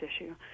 issue